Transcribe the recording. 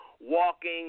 walking